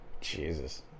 Jesus